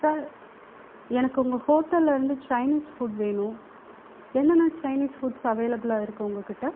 sir எனக்கு உங்கள் ஹோட்டலிலிருந்து சைனீஸ் ஃபுட் வேணும் என்னென்ன சைனீஸ் ஃபுட்ஸ் அவைளபுலாக இருக்கு உங்கள்கிட்டே